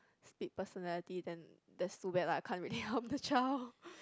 split personality then that's too bad lah I can't really help the child